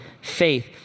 faith